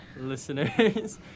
Listeners